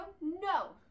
no